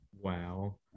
Wow